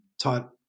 taught